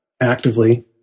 actively